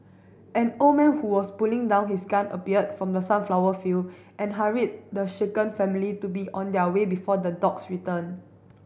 an old man who was putting down his gun appeared from the sunflower field and hurried the shaken family to be on their way before the dogs return